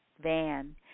van